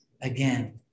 again